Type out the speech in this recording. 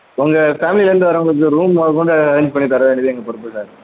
உங்க ஃபேம்லிலேருந்து வர்றவங்களுக்கு ரூம் முதக்கொண்டு அரேஞ்ச் பண்ணித் தர வேண்டியது எங்கள் பொறுப்பு சார்